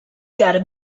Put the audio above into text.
gotta